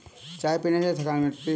चाय पीने से थकान मिटती है